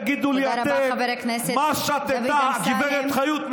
תגידו לי אתם מה שתתה הגב' חיות,